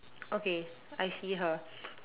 okay I see her